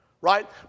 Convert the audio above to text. right